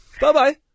Bye-bye